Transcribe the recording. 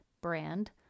brand